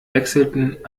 wechselten